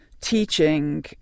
teaching